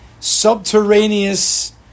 Subterraneous